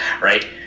right